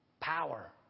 power